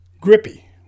grippy